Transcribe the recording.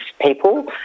people